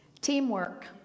Teamwork